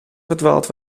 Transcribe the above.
verdwaald